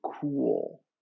cool